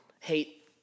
hate